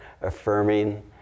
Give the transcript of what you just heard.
affirming